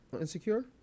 Insecure